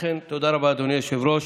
לכן תודה רבה, אדוני היושב-ראש.